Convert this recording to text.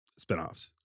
spinoffs